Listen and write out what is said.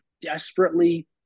desperately